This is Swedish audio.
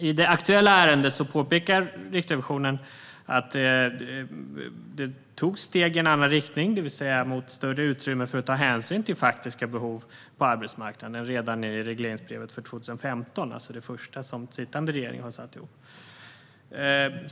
I det aktuella ärendet påpekar Riksrevisionen att det togs steg i en annan riktning, det vill säga mot större utrymme för att ta hänsyn till faktiska behov på arbetsmarknaden, redan i regleringsbrevet för 2015, det vill säga det första som sittande regering har satt ihop.